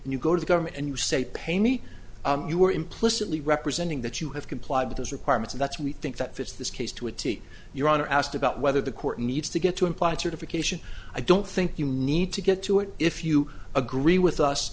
and you go to the government and you say pay me you are implicitly representing that you have complied with this requirement and that's why we think that fits this case to a t your honor asked about whether the court needs to get to implied certification i don't think you need to get to it if you agree with us